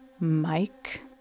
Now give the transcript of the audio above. Mike